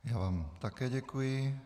Já vám také děkuji.